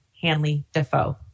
Hanley-Defoe